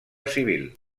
civil